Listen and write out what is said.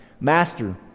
Master